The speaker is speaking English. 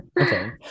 okay